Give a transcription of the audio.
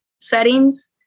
settings